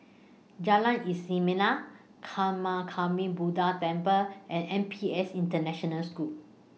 Jalan Buddha Temple and N P S International School